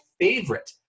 favorite